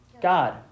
God